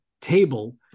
table